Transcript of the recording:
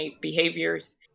behaviors